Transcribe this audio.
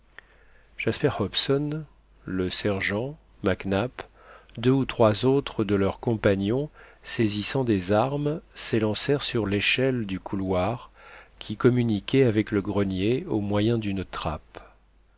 jasper hobson le sergent mac nap deux ou trois autres de leurs compagnons saisissant des armes s'élancèrent sur l'échelle du couloir qui communiquait avec le grenier au moyen d'une trappe